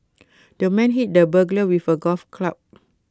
the man hit the burglar with A golf club